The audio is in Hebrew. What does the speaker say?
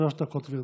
שלוש דקות, גברתי.